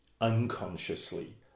unconsciously